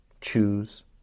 choose